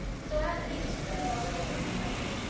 so avonlea was pretty well represented, wasn't it?